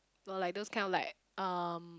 or like those kind of like um